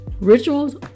Rituals